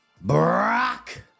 Brock